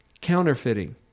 counterfeiting